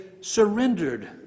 surrendered